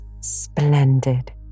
splendid